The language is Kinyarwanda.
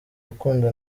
rukundo